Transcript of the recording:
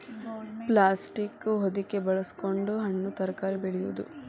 plastic ಹೊದಿಕೆ ಬಳಸಕೊಂಡ ಹಣ್ಣು ತರಕಾರಿ ಬೆಳೆಯುದು